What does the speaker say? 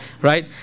Right